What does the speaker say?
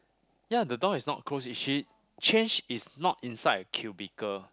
ya the door is not closed is she change is not inside cubicle